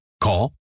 Call